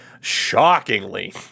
shockingly